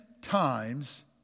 times